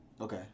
okay